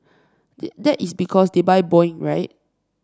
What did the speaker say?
that is because they buy Boeing right